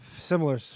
similar